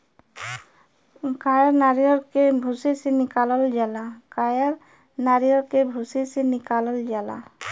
कायर नरीयल के भूसी से निकालल जाला